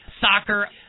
soccer